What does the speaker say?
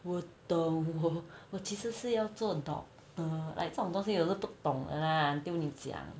我懂 hor 我其实是要做 but err like 这种东西我都不懂的啦 until 你讲